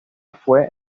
fue